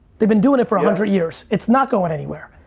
they've been doing it for a hundred years. it's not going anywhere.